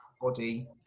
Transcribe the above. body